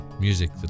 music